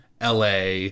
LA